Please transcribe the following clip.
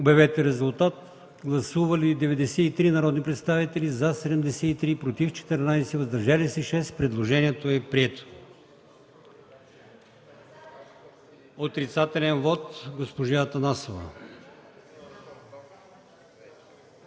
от комисията. Гласували 93 народни представители: за 73, против 14, въздържали се 6. Предложението е прието. Отрицателен вот – госпожа Атанасова.